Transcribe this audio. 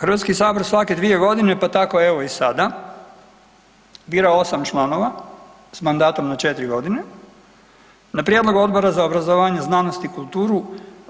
Hrvatski sabor svake dvije godine pa tako evo i sada bira osam članova sa mandatom od četiri godine na prijedlog Odbora za obrazovanje, znanost i kulturu